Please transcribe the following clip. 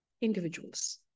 individuals